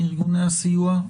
מארגוני הסיוע,